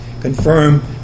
confirm